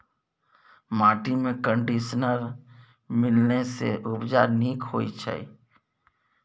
माटिमे कंडीशनर मिलेने सँ उपजा नीक होए छै